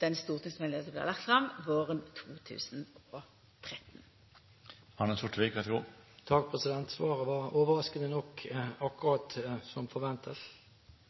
den stortingsmeldinga som blir lagd fram våren 2013. Svaret var overraskende nok akkurat som forventet. Jeg har stilt mange spørsmål til